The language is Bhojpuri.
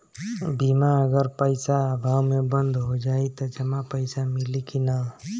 बीमा अगर पइसा अभाव में बंद हो जाई त जमा पइसा मिली कि न?